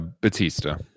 Batista